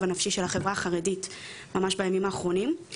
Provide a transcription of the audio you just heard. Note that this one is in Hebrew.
הנפשי של החברה החרדית ממש בימים האחרונים.